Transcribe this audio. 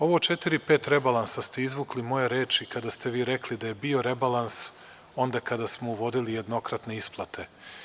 Ovo, četiri, pet rebalansa ste izvukli moje reči kada ste vi rekli da je bio rebalans onda kada smo uvodili jednokratne isplate.